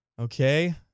Okay